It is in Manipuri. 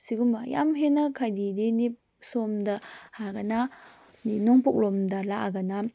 ꯁꯤꯒꯨꯝꯕ ꯌꯥꯝ ꯍꯦꯟꯅ ꯍꯥꯏꯗꯤ ꯁꯣꯝꯗ ꯍꯥꯏꯔꯒꯅ ꯑꯗꯩ ꯅꯣꯡꯄꯣꯛꯂꯣꯝꯗ ꯂꯥꯛꯑꯒꯅ